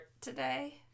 today